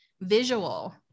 visual